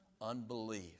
Unbelief